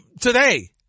today